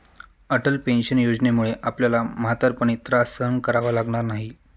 Atal pension योजनेमुळे आपल्याला म्हातारपणी त्रास सहन करावा लागणार नाही